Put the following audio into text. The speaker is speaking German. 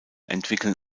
entwickeln